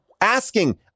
asking